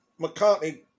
McCartney